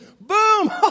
boom